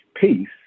peace